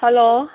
hello